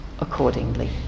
accordingly